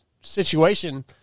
situation